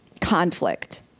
conflict